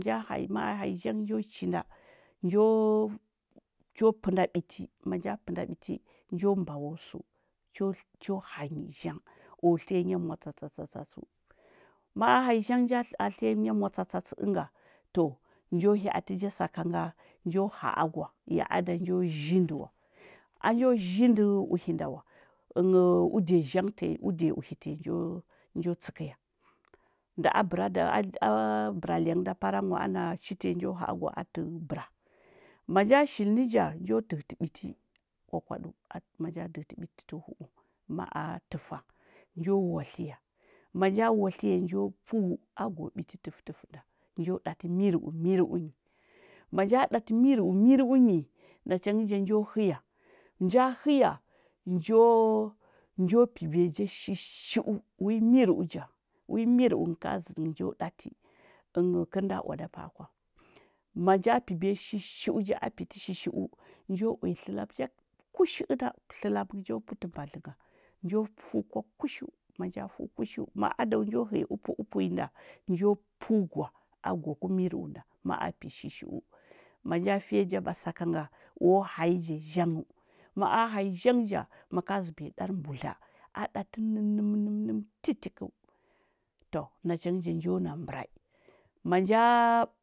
Nja hanyi ma a hanyi njo chi nɗa njo njo cho pənda biti, manja pənda ɓiti njo mɓawo səu, cho cho hani zhang tsiya nya mwatsatsa i ch tsəu, ma hanyi zhang nja a tliya nya mwatsatsatsə ənga to njo inyaati ja sakanga njo haagwa, ya ada njo zhindi wa, a njo zhindi uhi nɗa wa, udiya zhang tanyi udiya uhi tanyi njo təkəya- nda a bəra dawa a həra hyang da parang wa, amu chi tanyinjo ha’a gwa ati ɓəra ma nja shilini ja njo ɗəhə tə biti kwakwadu atə manja ɗəhəti biti tə hu’u, ma’a ɗa təja njo watliya manja watliya njo pəu ago biti təfv təfə nda, njo ati mirəu mirəu ni manja dati mirəu mirəu ni, nachangə ja njo həya, nja həya njo njo pibiya ja shishi’u wi mirəu ja wi mirə’u ngə ka zəndi njo dati kər nɗa oada pa’a kwa manja kərə piɓiya shishi’u ja, a piti shishi’u njo uya tləlam ja kushi əna tləlam ngə njo pətə mbadlənga njo fəu kwa kushiu manja fəu kushu ma’a ad awa njo həya upu-upunyi nda njo pəu gwa a gwa ki mirəu nda maa pi shishiu manja fiya ja ba sakanga o hanyi ja zhangzəu, mala hanyi zhang ja, maka zəbiya dari mbudla adati nənənə mə titikəu to nachangə ja njo na mərai manja.